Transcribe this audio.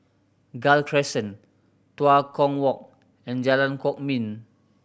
Gul Crescent Tua Kong Walk and Jalan Kwok Min